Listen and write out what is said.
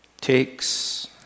takes